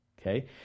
okay